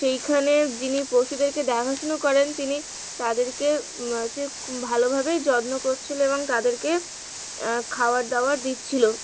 সেইখানে যিনি পশুদেরকে দেখাশুনো করেন তিনি তাদেরকে হচ্ছে ভালোভাবেই যত্ন করছিল এবং তাদেরকে খাবার দাবার দিচ্ছিল